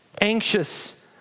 anxious